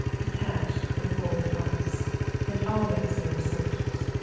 detached, with folded arms and always there were soldiers.